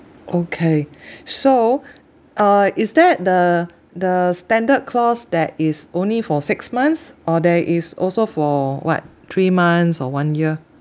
okay so uh is that the the standard clause that is only for six months or there is also for what three months or one year